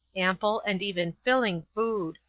ample and even filling food.